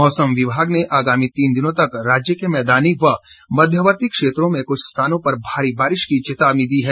मौसम विभाग ने आगामी तीन दिनों तक राज्य के मैदानी व मध्यवर्ती क्षेत्रों में कुछ स्थानों पर भारी बारिश की चेतावनी दी है